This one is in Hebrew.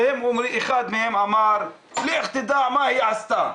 אחד מהם אמר: לך תדע מה היא עשתה.